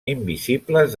invisibles